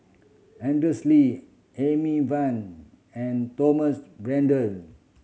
Andrews Lee Amy Van and Thomas Braddell